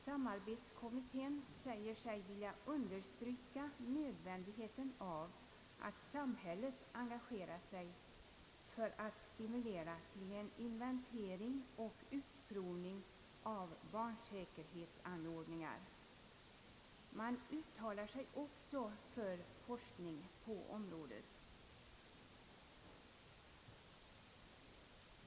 Samarbetskommittén säger sig vilja understryka nödvändigheten av att samhället engagerar sig för att stimulera till en inventering och en utprovning av barnsäkerhetsanordningar, och man uttalar sig också för forskning på området.